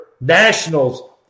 nationals